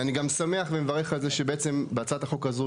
אני שמח ומברך על כך שלהצעת החוק הזו